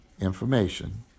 information